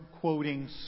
quoting